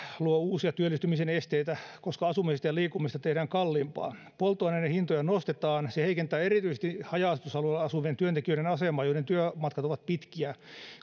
luo uusia työllistymisen esteitä koska asumisesta ja liikkumisesta tehdään kalliimpaa polttoaineiden hintoja nostetaan se heikentää erityisesti haja asutusalueella asuvien työntekijöiden asemaa joiden työmatkat ovat pitkiä